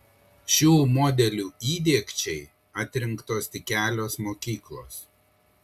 šių modelių įdiegčiai atrinktos tik kelios mokyklos